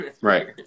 Right